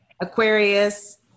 Aquarius